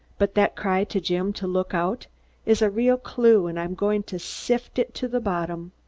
but that cry to jim to look out is a real clue and i'm going to sift it to the bottom.